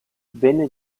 venne